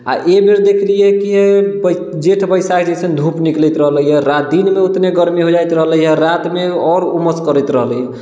आ एहि बेर देखलियै कि जेठ बैसाख जैसन धूप निकलैत रहलैया आ दिनमे ओतने गरमी भए जाइत रहलैया रातिमे आओर उमस करैत रहलैया